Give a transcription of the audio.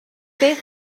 beth